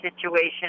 situation